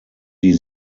die